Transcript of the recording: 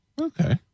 Okay